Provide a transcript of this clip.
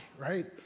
right